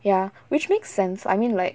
ya which makes sense I mean like